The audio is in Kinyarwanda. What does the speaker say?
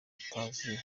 utazi